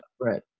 right